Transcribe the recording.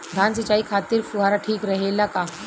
धान सिंचाई खातिर फुहारा ठीक रहे ला का?